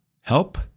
help